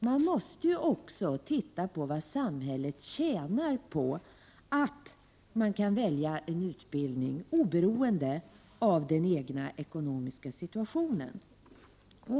Man måste också se på vad samhället tjänar på att de studerande kan välja en utbildning oberoende av den egna ekonomiska situationen.